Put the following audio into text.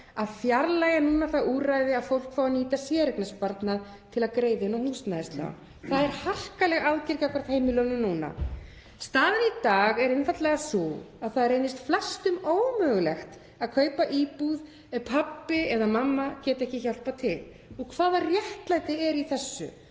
að fjarlægja núna það úrræði að fólk fái að nýta séreignarsparnað til að greiða inn á húsnæðislán. Það er harkaleg aðgerð gagnvart heimilunum núna. Staðan í dag er einfaldlega sú að það reynist flestum ómögulegt að kaupa íbúð ef pabbi eða mamma getur ekki hjálpað til. Hvaða réttlæti er í þessu?